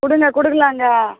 கொடுங்க கொடுக்கலாங்க